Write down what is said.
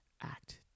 Act